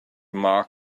mark